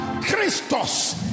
Christos